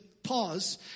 Pause